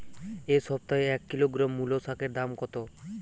এ সপ্তাহে এক কিলোগ্রাম মুলো শাকের দাম কত?